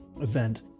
event